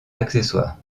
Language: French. accessoire